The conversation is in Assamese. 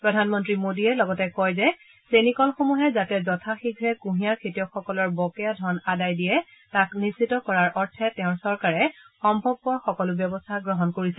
প্ৰধানমন্ত্ৰী মোদীয়ে লগতে কয় যে চেনী কলসমূহে যাতে যথা শীঘে কুঁহিয়াৰ খেতিয়কসকলৰ বকেয়া ধন আদায় দিয়ে তাক নিশ্চিত কৰাৰ অৰ্থে তেওঁৰ চৰকাৰে সম্ভৱপৰ সকলো ব্যৱস্থা গ্ৰহণ কৰিছে